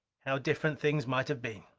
how different things might have been!